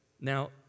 Now